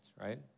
right